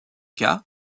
cas